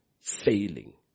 failing